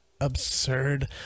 absurd